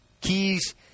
keys